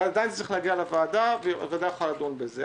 אבל עדיין זה צריך להגיע לוועדה והוועדה יכולה לדון בזה.